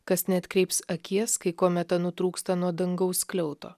kas neatkreips akies kai kometa nutrūksta nuo dangaus skliauto